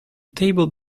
table